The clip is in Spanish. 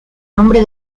nombre